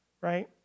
right